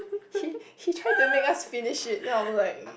he he try to make us finish it then I'm like